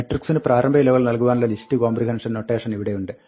മട്രിക്സിന് പ്രാരംഭ വിലകൾ നൽകുവാനുള്ള ലിസ്റ്റ് കോംബ്രിഹെൻഷൻ നൊട്ടേഷൻ ഇവിടെയുണ്ട്